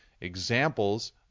examples